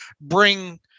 bring –